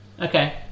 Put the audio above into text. Okay